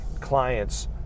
clients